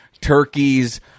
turkeys